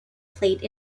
plate